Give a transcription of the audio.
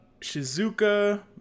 Shizuka